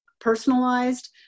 personalized